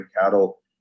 cattle